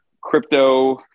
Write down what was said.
crypto